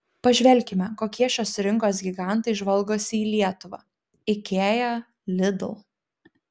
pažvelkime kokie šios rinkos gigantai žvalgosi į lietuvą ikea lidl